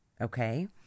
Okay